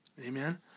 Amen